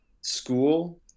school